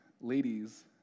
ladies